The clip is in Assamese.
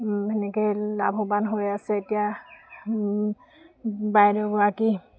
সেনেকৈ লাভৱান হৈ আছে এতিয়া বাইদেউগৰাকী